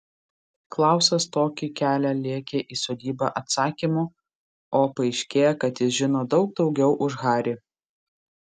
klausas tokį kelią lėkė į sodybą atsakymų o paaiškėja kad jis žino daug daugiau už harį